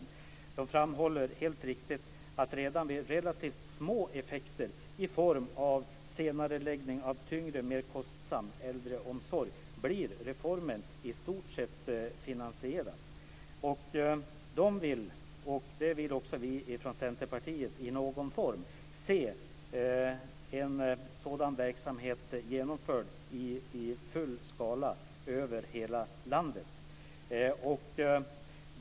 Man framhåller helt riktigt att redan vid relativt små effekter i form av senareläggning av tyngre och mer kostsam äldreomsorg blir reformen i stort sett finansierad. Man vill liksom också vi från Centerpartiet se en sådan verksamhet i någon form genomförd i full skala över hela landet.